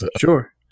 Sure